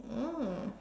oh